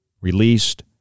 released